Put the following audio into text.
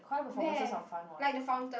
then like the fountain